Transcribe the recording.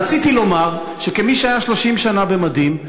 רציתי לומר שכמי שהיה 30 שנה במדים,